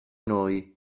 noi